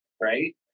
right